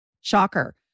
Shocker